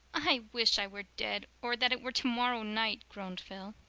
i wish i were dead, or that it were tomorrow night, groaned phil.